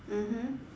mmhmm